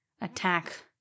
attack